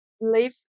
live